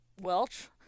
Welch